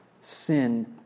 sin